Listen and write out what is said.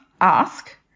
ask